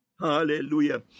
Hallelujah